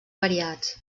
variats